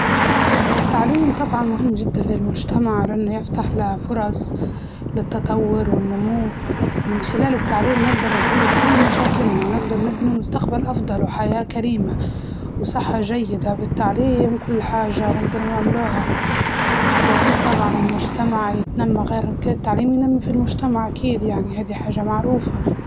التعليم طبعاً مهم جداً للمجتمع لأنه يفتح له فرص للتطور والنمو، ومن خلال النعليم نقدر نحلوا كل مشكلنا ونقدر نبنوا مستقبل أفضل وحياة كريمة، وصحة جيدة بالتعليم كل حاجة نقدروا نعملوها، وأكيد طبعاً المجتمع يتنمى غير التعليم ينمي في المجتمع أكيد يعني هادي حاجة معروفة.